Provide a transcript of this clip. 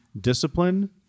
discipline